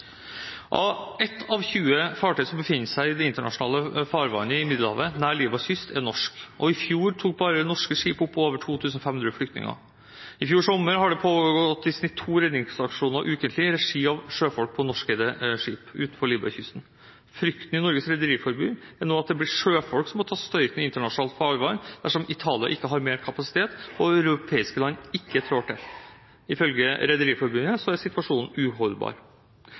Ett av 20 fartøy som befinner seg i det internasjonale farvannet i Middelhavet nær Libyas kyst, er norsk, og i fjor tok bare norske skip opp over 2 500 flyktninger. I fjor sommer har det pågått i snitt to redningsaksjoner ukentlig i regi av sjøfolk på norskeide skip utenfor Libya-kysten. Norges Rederiforbund frykter at det nå blir sjøfolk som må ta støyten i internasjonalt farvann dersom Italia ikke har mer kapasitet og europeiske land ikke trår til. Ifølge Rederiforbundet er situasjonen uholdbar.